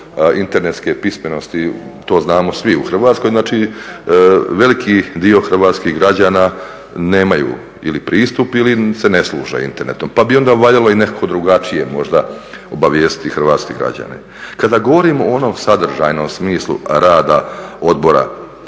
internetske pismenosti to znamo svi u Hrvatskoj. Znači, veliki dio hrvatskih građana nemaju ili pristup ili se ne služe internetom. Pa bi onda valjalo i nekako drugačije možda obavijestiti hrvatske građane. Kada govorimo o onom sadržajnom smislu rada odbora,